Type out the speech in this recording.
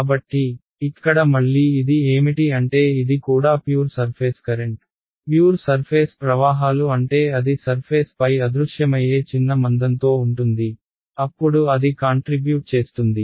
కాబట్టి ఇక్కడ మళ్లీ ఇది ఏమిటి అంటే ఇది కూడా pure surface current pure surface ప్రవాహాలు అంటే అది సర్ఫేస్ పై అదృశ్యమయ్యే చిన్న మందంతో ఉంటుంది అప్పుడు అది కాంట్రిబ్యూట్ చేస్తుంది